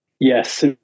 yes